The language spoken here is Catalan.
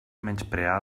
menysprear